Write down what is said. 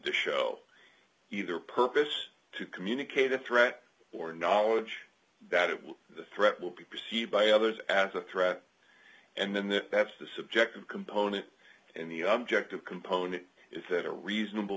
to show either a purpose to communicate a threat or a knowledge that it was the threat will be perceived by others as a threat and then that's the subject component and the object of component is that a reasonable